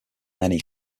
many